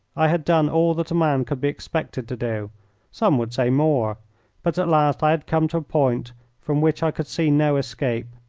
i had done all that a man could be expected to do some would say more but at last i had come to a point from which i could see no escape.